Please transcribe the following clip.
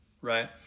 right